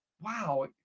wow